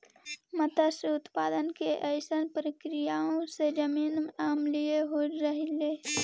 मत्स्य उत्पादन के अइसन प्रक्रियाओं से जमीन अम्लीय हो रहलई हे